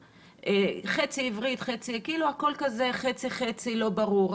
חצי עברית, הכול חצי-חצי לא ברור.